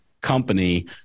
company